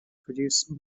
produce